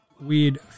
weird